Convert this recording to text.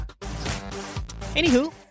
Anywho